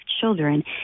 children